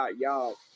Y'all